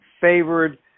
favored